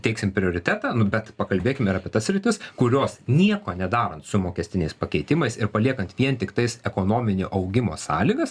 teiksim prioritetą nu bet pakalbėkim ir apie tas sritis kurios nieko nedarant su mokestiniais pakeitimais ir paliekant vien tiktais ekonominio augimo sąlygas